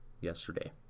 yesterday